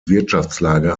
wirtschaftslage